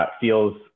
feels